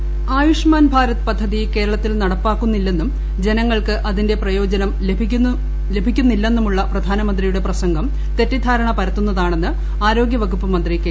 ശൈലജ ആയുഷ്മാൻ ഭാരത് പദ്ധതി കേരളത്തിൽ നടപ്പാക്കുന്നില്ലെന്നും ജനങ്ങൾക്ക് അതിന്റെ പ്രയോജനം ലഭിക്കുന്നില്ലെന്നുമുള്ള പ്രധാനമന്ത്രിയുടെ പ്രസംഗം തെറ്റിദ്ധാരണ പരത്തുന്നതാണെന്ന് ആരോഗ്യ വകുപ്പ് മന്ത്രി കെ